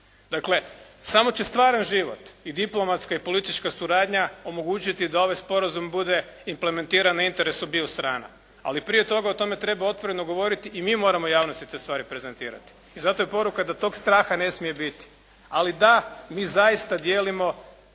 Dakle samo će stvaran život i diplomatska i politička suradnja omogućiti da ovaj sporazum bude implementiran na interesu obiju strana. Ali prije toga o tome treba otvoreno govoriti i mi moramo javnosti te stvari prezentirati. I zato je poruka da tog straha ne smije biti. Ali da, mi zaista dijelimo,